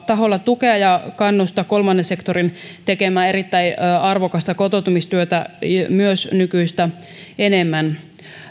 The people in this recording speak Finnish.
taholla tukea ja kannustaa myös kolmannen sektorin tekemää erittäin arvokasta kotoutumistyötä nykyistä enemmän